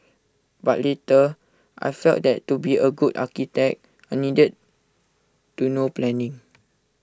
but later I felt that to be A good architect I needed to know planning